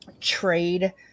trade